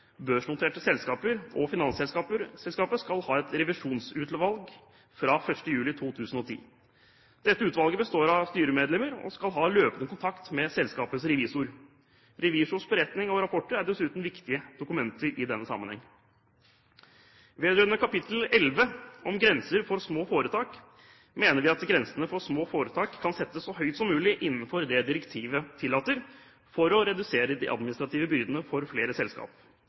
børsnoterte selskaper og finansselskaper skal ha et revisjonsutvalg fra 1. juli 2010. Dette utvalget består av styremedlemmer og skal ha løpende kontakt med selskapets revisor. Revisors beretning og rapporter er dessuten viktige dokumenter i denne sammenheng. Vedrørende proposisjonens kapittel 11, om grenser for små foretak, mener vi at grensene for små foretak kan settes så høyt som mulig innenfor det direktivet tillater for å redusere de administrative byrdene for flere